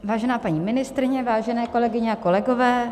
Vážená paní ministryně, vážené kolegyně a kolegové.